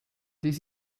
this